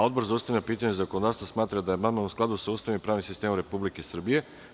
Odbor za ustavna pitanja i zakonodavstvo smatra da je amandman u skladu sa Ustavom i pravnim sistemom Republike Srbije.